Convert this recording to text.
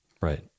Right